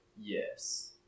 Yes